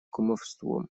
кумовством